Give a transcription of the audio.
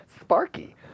Sparky